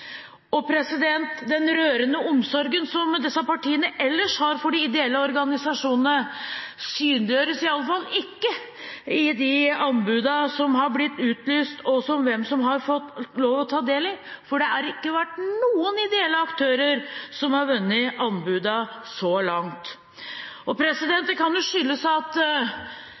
Den rørende omsorgen som disse partiene ellers har for de ideelle organisasjonene, synliggjøres i alle fall ikke i de anbudene som er blitt utlyst, eller i hvem som har fått ta del. Det har ikke vært noen ideelle aktører som har vunnet anbudene så langt. Det kan skyldes at rammebetingelsene som de ideelle har, er helt forskjellige. Vi har hørt mange ganger i denne sal at